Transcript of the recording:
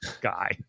guy